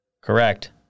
Correct